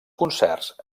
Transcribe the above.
concerts